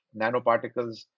nanoparticles